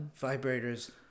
vibrators